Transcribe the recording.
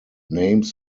names